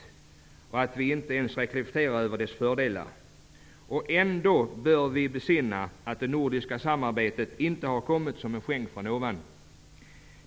Vi reflekterar inte ens över dess fördelar. Ändå bör vi besinna att det nordiska samarbetet inte har kommit såsom en skänk från ovan.